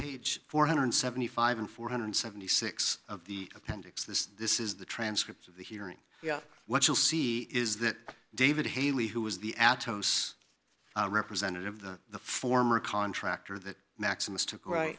page four hundred and seventy five thousand four hundred and seventy six of the appendix this this is the transcript of the hearing what you'll see is that david haley who was the atoms representative the former contractor that maximus took right